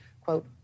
Quote